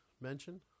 mention